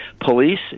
Police